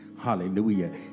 Hallelujah